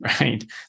right